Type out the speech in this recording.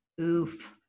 Oof